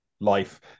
life